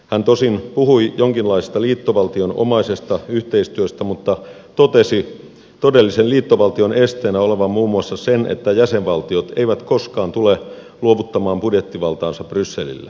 hän tosin puhui jonkinlaisesta liittovaltionomaisesta yhteistyöstä mutta totesi todellisen liittovaltion esteenä olevan muun muassa sen että jäsenvaltiot eivät koskaan tule luovuttamaan budjettivaltaansa brysselille